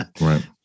Right